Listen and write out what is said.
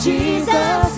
Jesus